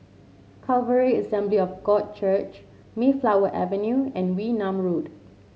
Calvary Assembly of God Church Mayflower Avenue and Wee Nam Road